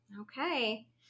Okay